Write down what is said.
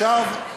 עכשיו,